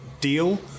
deal